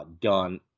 done